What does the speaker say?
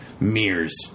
mirrors